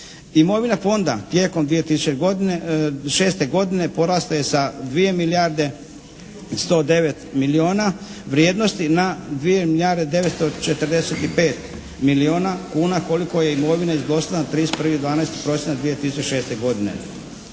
Imovina Fonda tijekom 2000. godine, 2006. godine porasla je sa 2 milijarde 109 milijuna vrijednosti na 2 milijarde 945 milijuna kuna, koliko je imovina iznosa na 31.12., prosinac, 2006. godine.